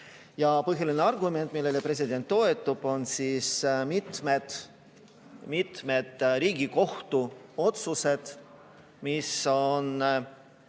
Põhiline argument, millele president toetub, on mitmed Riigikohtu otsused, mis on